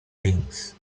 things